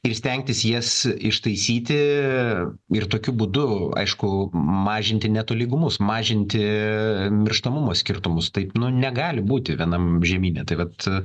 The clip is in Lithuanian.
ir stengtis jas ištaisyti ir tokiu būdu aišku mažinti netolygumus mažinti mirštamumo skirtumus taip nu negali būti vienam žemyne tai vat